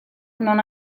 non